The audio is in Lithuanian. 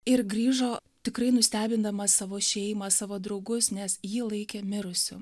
ir grįžo tikrai nustebindamas savo šeimą savo draugus nes jį laikė mirusiu